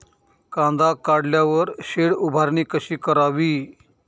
कांदा काढल्यावर शेड उभारणी कशी करावी?